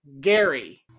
Gary